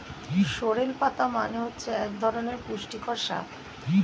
sorrel পাতা মানে হচ্ছে এক ধরনের পুষ্টিকর শাক